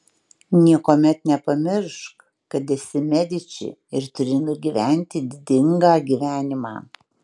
niekuomet nepamiršk kad esi mediči ir turi nugyventi didingą gyvenimą